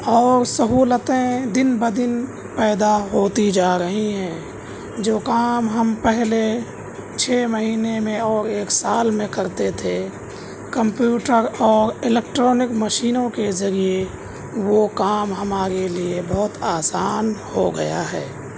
اور سہولتیں دن بدن پیدا ہوتی جا رہی ہیں جو کام ہم پہلے چھ مہینے میں اور ایک سال میں کرتے تھے کمپیوٹر اور الیکٹرانک مشینوں کے ذریعے وہ کام ہمارے لیے بہت آسان ہو گیا ہے